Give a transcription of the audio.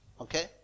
Okay